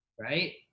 Right